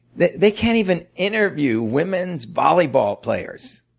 they they can't even interview women's volleyball players